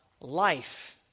life